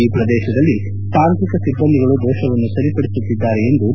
ಈ ಪ್ರದೇತದಲ್ಲಿ ತಾಂತ್ರಿಕ ಸಿಬ್ಬಂದಿಗಳು ದೋಷವನ್ನು ಸರಿಪಡಿಸುತ್ತಿದ್ದಾರೆ ಎಂದರು